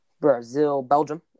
Brazil-Belgium